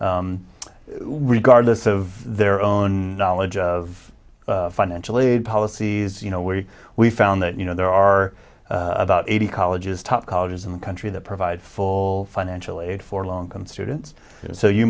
regardless of their own knowledge of financial aid policies you know where we found that you know there are about eighty colleges top colleges in the country that provide full financial aid for long term students so you